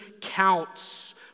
counts